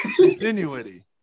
continuity